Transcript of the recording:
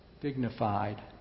dignified